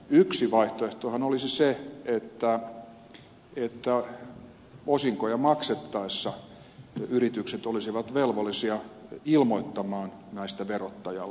yksi vaihtoehtohan olisi se että osinkoja maksettaessa yritykset olisivat velvollisia ilmoittamaan näistä verottajalle